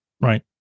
Right